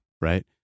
right